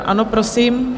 Ano, prosím.